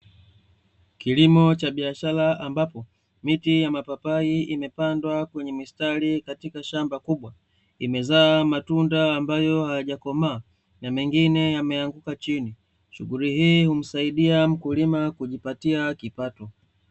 Kilimo cha biashara ambapo, miti ya papai imepandwa kwenye mistari katika shamba kubwa, imezaa matunda ambayo hayajakomaa, na mengine yameanguka chini shughuli hii humsaidia mkulima kujipatia kipato.